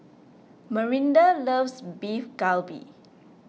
Marinda loves Beef Galbi